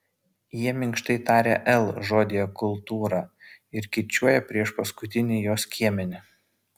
jie minkštai taria l žodyje kultūra ir kirčiuoja priešpaskutinį jo skiemenį